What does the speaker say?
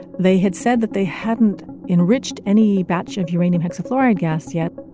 they had said that they hadn't enriched any batch of uranium hexafluoride gas yet,